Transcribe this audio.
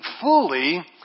fully